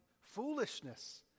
foolishness